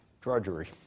drudgery